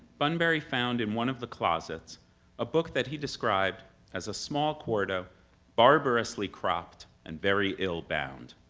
bunbury found in one of the closets a book that he described as a small quarto barbarously cropped and very ill-bound.